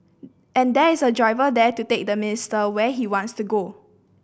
and there is a driver there to take the minister where he wants to go